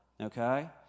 Okay